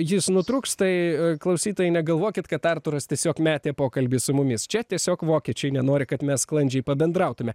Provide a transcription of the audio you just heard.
jis nutrūks tai klausytojai negalvokit kad artūras tiesiog metė pokalbį su mumis čia tiesiog vokiečiai nenori kad mes sklandžiai pabendrautume